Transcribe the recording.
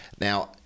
Now